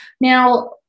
Now